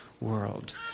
world